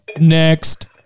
next